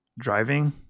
Driving